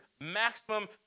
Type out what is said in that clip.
maximum